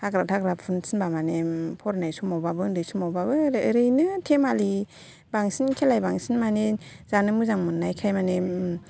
हाग्रा थाग्रा फुनो थिनबा माने फरायनाय समावबाबो उन्दै समावबाबो ओरैनो धेमालि बांसिन खेलाय बांसिन माने जानो मोजां मोननायखाय माने